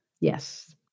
Yes